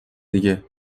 دیگه